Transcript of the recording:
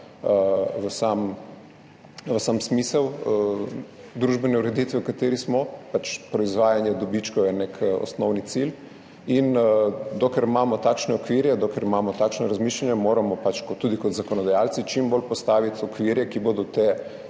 v sam smisel družbene ureditve, v kateri smo, proizvajanje dobičkov je nek osnovni cilj, in dokler imamo takšne okvirje, dokler imamo takšno razmišljanje, moramo tudi kot zakonodajalci postaviti okvirje, ki bodo te